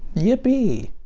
yipee.